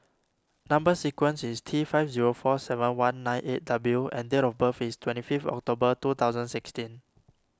Number Sequence is T five zero four seven one nine eight W and date of birth is twenty fifth October two thousand sixteen